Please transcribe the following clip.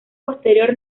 posterior